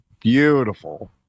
beautiful